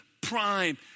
prime